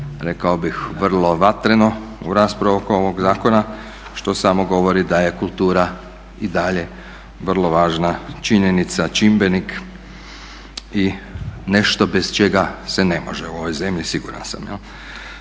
rekao bih vrlo vatreno u raspravu oko ovog zakona što samo govori da je kultura i dalje vrlo važna činjenica, čimbenik i nešto bez čega se ne može u ovoj zemlji, siguran sam. Par